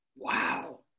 wow